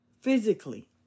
Physically